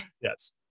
yes